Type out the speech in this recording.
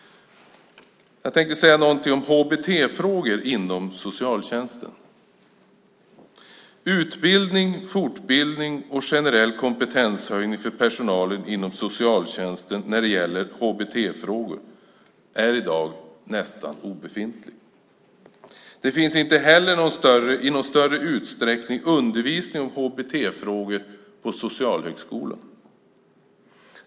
Jag tänkte även säga någonting om HBT-frågor inom socialtjänsten. Utbildning, fortbildning och generell kompetenshöjning för personalen i socialtjänsten när det gäller HBT-frågor är i dag nästan obefintlig. Det finns inte heller i någon större utsträckning undervisning om HBT-frågor på socialhögskolan.